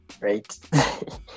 right